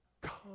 come